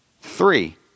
Three